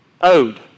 owed